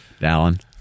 Dallin